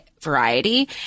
variety